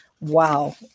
Wow